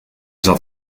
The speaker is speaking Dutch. zat